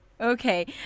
Okay